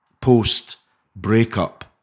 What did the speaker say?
post-breakup